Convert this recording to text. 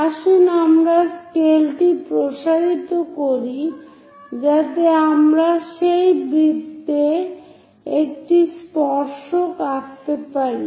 আসুন আমরা স্কেলটি প্রসারিত করি যাতে আমরা সেই বৃত্তে একটি স্পর্শক আঁকতে পারি